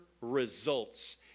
results